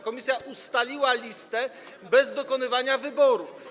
Komisja ustaliła listę bez dokonywania wyboru.